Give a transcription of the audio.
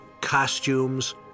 costumes